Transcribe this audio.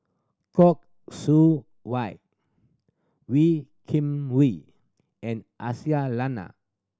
Khoo Seow Hwa Wee Kim Wee and Aisyah Lyana